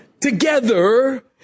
together